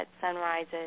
sunrises